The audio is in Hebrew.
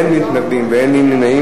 אין מתנגדים ואין נמנעים.